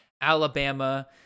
Alabama